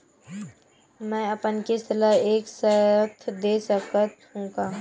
मै अपन किस्त ल एक साथ दे सकत हु का?